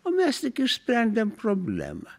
o mes tik išsprendėm problemą